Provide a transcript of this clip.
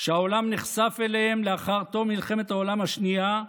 שהעולם נחשף אליהם לאחר תום מלחמת העולם השנייה,